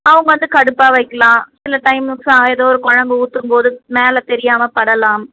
அவங்க வந்து கடுப்பாக வைக்கலாம் இல்லை டைமுக்கு ஏதோ ஒரு குழம்பு ஊற்றும்போது மேலே தெரியாமல் படலாம்